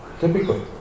Typically